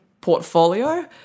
portfolio